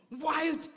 Wild